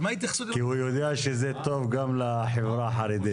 כי הוא יודע שזה טוב גם לחברה החרדית.